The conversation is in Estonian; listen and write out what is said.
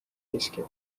riski